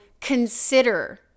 consider